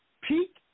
peak